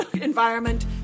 environment